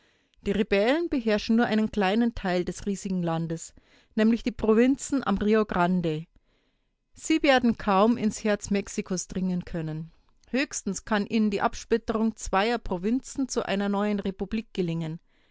die rebellen beherrschen nur einen kleinen teil des riesigen landes nämlich die provinzen am rio grande sie werden kaum ins herz mexikos dringen können höchstens kann ihnen die absplitterung zweier provinzen zu einer neuen republik gelingen